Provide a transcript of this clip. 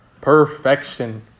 perfection